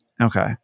Okay